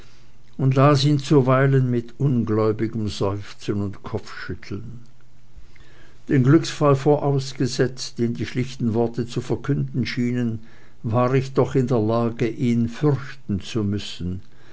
und las ihn zuweilen mit ungläubigem seufzen und kopfschütteln den glücksfall vorausgesetzt den die schlichten worte zu verkünden schienen war ich doch in der lage ihn fürchten zu müssen